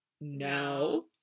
no